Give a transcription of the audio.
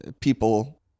people